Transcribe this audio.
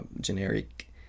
generic